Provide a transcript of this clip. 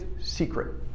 secret